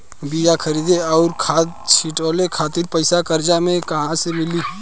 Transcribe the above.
बीया खरीदे आउर खाद छिटवावे खातिर पईसा कर्जा मे कहाँसे मिली?